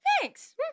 Thanks